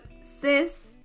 sis